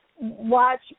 watch